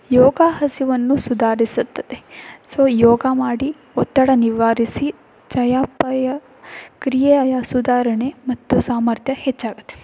ಯೋಗ ಹಸಿವನ್ನು ಸುಧಾರಿಸುತ್ತದೆ ಸೊ ಯೋಗ ಮಾಡಿ ಒತ್ತಡ ನಿವಾರಿಸಿ ಚಯಾಪಚಯ ಕ್ರಿಯೆಯ ಸುಧಾರಣೆ ಮತ್ತು ಸಾಮರ್ಥ್ಯ ಹೆಚ್ಚಾಗುತ್ತೆ